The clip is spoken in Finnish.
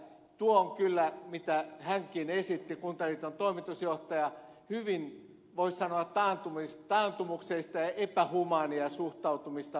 tuo mitä hänkin kuntaliiton toimitusjohtaja esitti on kyllä hyvin voisi sanoa taantumuksellista ja epähumaania suhtautumista vanhusten hoivaan